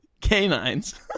canines